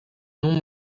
non